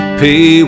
pay